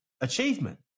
achievement